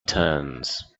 turns